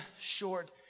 short